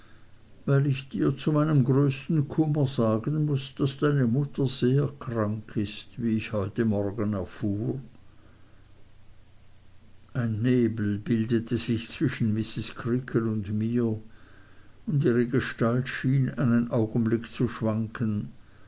weil ich dir zu meinem größten kummer sagen muß daß deine mutter sehr krank ist wie ich heute morgen erfuhr ein nebel bildete sich zwischen mrs creakle und mir und ihre gestalt schien einen augenblick zu schwanken